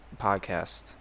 podcast